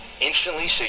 instantly